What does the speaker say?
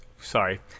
Sorry